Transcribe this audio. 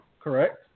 correct